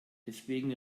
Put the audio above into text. deswegen